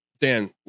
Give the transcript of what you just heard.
Dan